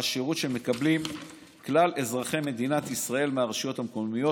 השירות שמקבלים כלל אזרחי ישראל מהרשויות המקומיות,